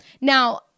Now